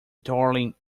darling